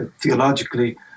theologically